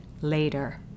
later